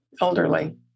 elderly